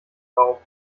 bauch